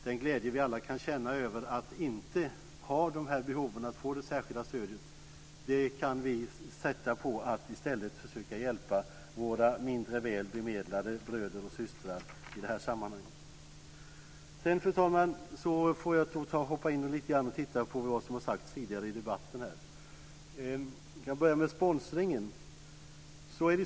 Den glädje vi alla kan känna över att inte ha dessa behov att få det särskilda stödet kan vi sätta på att i stället försöka hjälpa våra mindre väl bemedlade bröder och systrar i sammanhanget. Fru talman! Jag ska nu hoppa in och titta lite grann på vad som har sagts tidigare i debatten. Jag börjar med sponsringen.